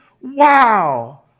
Wow